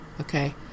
Okay